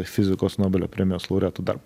fizikos nobelio premijos laureatų darbu